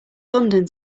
london